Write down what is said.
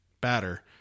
batter